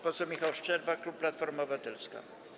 Poseł Michał Szczerba, klub Platforma Obywatelska.